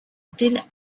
still